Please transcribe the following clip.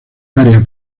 área